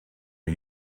are